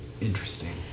interesting